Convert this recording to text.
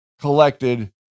collected